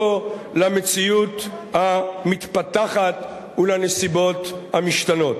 למציאות המתפתחת ולנסיבות המשתנות.